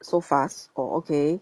so fast orh okay